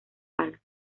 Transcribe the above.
alas